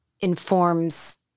informs